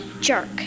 jerk